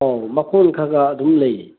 ꯑꯧ ꯃꯈꯣꯟ ꯈꯔ ꯈꯔ ꯑꯗꯨꯝ ꯂꯩꯌꯦ